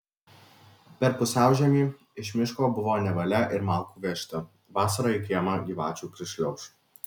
per pusiaužiemį iš miško buvo nevalia ir malkų vežti vasarą į kiemą gyvačių prišliauš